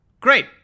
great